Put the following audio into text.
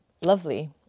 lovely